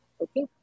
Okay